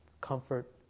comfort